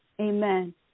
Amen